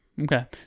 Okay